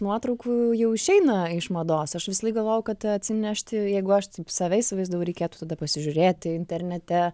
nuotraukų jau išeina iš mados aš visąlaik galvojau kad atsinešti jeigu aš taip save įsivaizdavau reikėtų tada pasižiūrėti internete